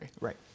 right